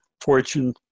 fortune